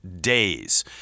days